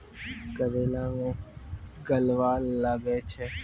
करेला मैं गलवा लागे छ?